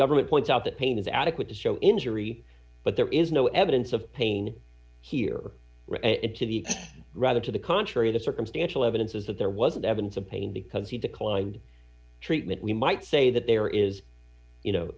government points out that pain is adequate to show injury but there is no evidence of pain here to the rather to the contrary the circumstantial evidence is that there wasn't evidence of pain because he declined treatment we might say that there is you know